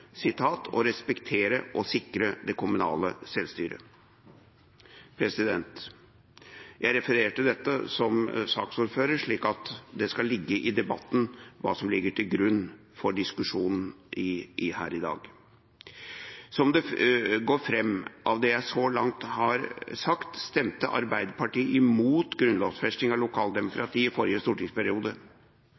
respektere og sikre det kommunale selvstyre.» Jeg refererer til dette som saksordfører, slik at det skal framkomme i debatten hva som ligger til grunn for diskusjonen her i dag. Som det går fram av det jeg så langt har sagt, stemte Arbeiderpartiet imot grunnlovfesting av lokaldemokratiet i forrige stortingsperiode.